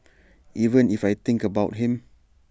even if I think about him